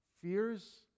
fears